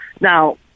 Now